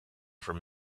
from